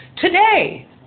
today